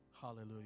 Hallelujah